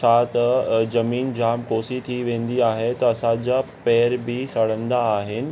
छा त ज़मीन जामु कोसी थी वेंदी आहे त असांजा पेर बि सड़ंदा आहिनि